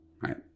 right